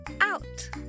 out